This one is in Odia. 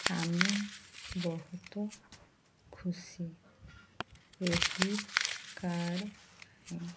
ଆମେ ବହୁତ ଖୁସି ଏହି କାର୍ଡ଼ ପାଇଁ